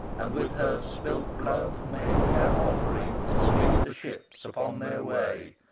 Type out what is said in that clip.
and with her spilt blood make an offering, to speed the ships upon their way!